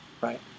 right